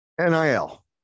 nil